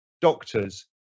doctors